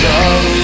love